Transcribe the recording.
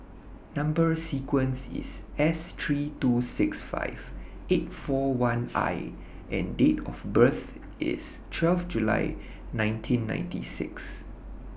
Number sequence IS S three two six five eight four one I and Date of birth IS twelve July nineteen ninety six